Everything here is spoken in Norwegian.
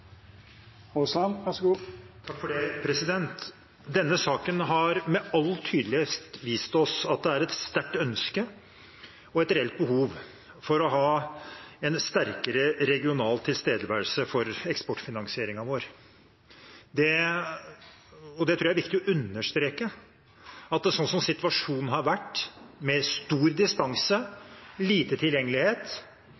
Denne saken har med all tydelighet vist oss at det er et sterkt ønske og et reelt behov for å ha en sterkere regional tilstedeværelse for eksportfinansieringen vår. Jeg tror det er viktig å understreke at slik situasjonen har vært, med stor distanse,